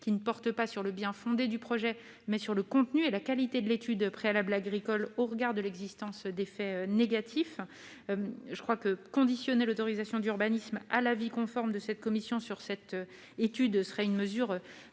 porte non pas sur le bien-fondé du projet, mais sur le contenu et la qualité de l'étude préalable agricole au regard de l'existence d'éventuels effets négatifs. Selon moi, le fait de conditionner l'autorisation d'urbanisme à l'avis conforme de cette commission sur cette étude serait une mesure